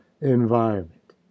environment